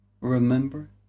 remember